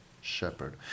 shepherd